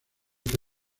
que